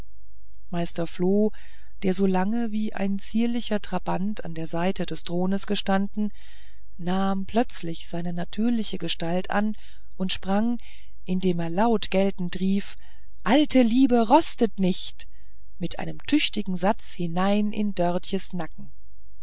meister floh der so lange wie ein zierlicher trabant an der seite des thrones gestanden nahm plötzlich seine natürliche gestalt an und sprang indem er laut geltend rief alte liebe rostet nicht mit einem tüchtigen satz hinein in dörtjens nacken